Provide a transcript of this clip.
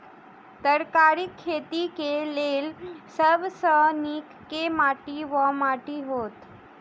तरकारीक खेती केँ लेल सब सऽ नीक केँ माटि वा माटि हेतै?